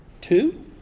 Two